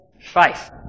faith